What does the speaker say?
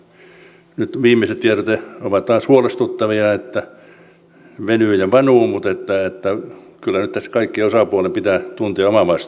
tässä nyt viimeiset tiedot ovat taas huolestuttavia eli että venyy ja vanuu mutta kyllä nyt tässä kaikkien osapuolten pitää tuntea oma vastuunsa